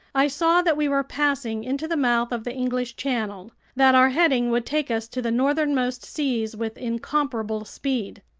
i saw that we were passing into the mouth of the english channel, that our heading would take us to the northernmost seas with incomparable speed.